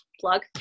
plug